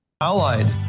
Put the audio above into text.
allied